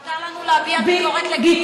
מותר לנו להביע ביקורת לגיטימית.